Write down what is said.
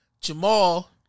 Jamal